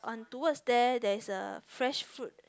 towards there there is a fresh fruit